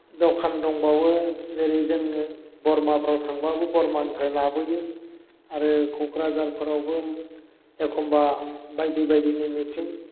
दखान दंबावो जेरै जोंनो बरमाफोराव थांब्ला बरमानिफ्राय लाबोयो आरो क'क्राझारफोरावबो एखमब्ला बायदि बायदिनि मिथिं